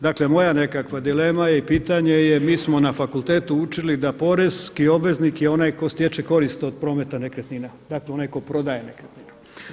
Dakle moja nekakva dilema je i pitanje je, mi smo na fakultetu učili da porezni obveznik ko stječe korist od prometa nekretnina, dakle onaj ko prodaje nekretninu.